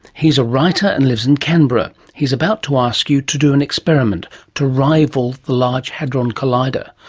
he's a writer and lives in canberra. he's about to ask you to do an experiment to rival the large hadron collider,